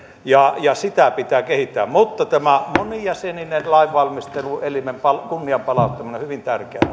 ja ja sitä pitää kehittää mutta tämä monijäsenisen lainvalmisteluelimen kunnian palauttaminen on hyvin tärkeä